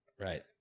right